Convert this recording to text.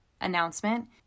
announcement